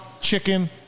Chicken